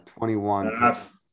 21